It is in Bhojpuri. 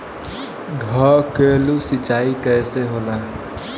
ढकेलु सिंचाई कैसे होला?